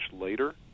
later